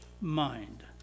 mind